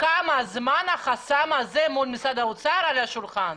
כמה זמן החסם הזה מול משרד האוצר נמצא על השולחן.